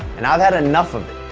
and i've had enough of